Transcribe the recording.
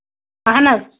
اَہن حظ